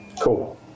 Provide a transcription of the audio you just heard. Cool